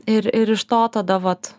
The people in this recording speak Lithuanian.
ir ir iš to tada vat